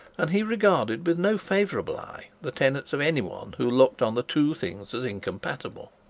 and he regarded with no favourable eye the tenets of any one who looked on the two things as incompatible.